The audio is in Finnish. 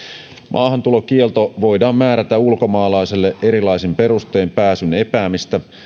maahantulokielto voidaan määrätä ulkomaalaiselle erilaisin perustein pääsyn epäämistä